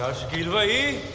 ah shakeel bhai.